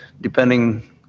depending